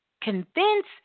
convince